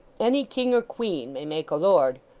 any king or queen may make a lord,